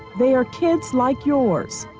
they are kids like yours,